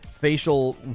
facial